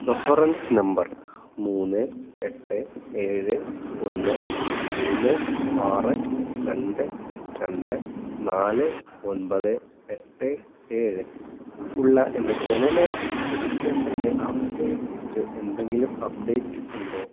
reference number മൂന്ന് എട്ട് ഏഴ് ഒന്ന് മൂന്ന് ആറ് രണ്ട് രണ്ട് നാല് ഒൻപത് എട്ട് ഏഴ് ഉള്ള എൻ്റെ ജനന രജിസ്ട്രേഷൻ്റെ അവസ്ഥയെക്കുറിച്ച് എന്തെങ്കിലും അപ്ഡേറ്റ് ഉണ്ടോ